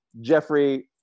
Jeffrey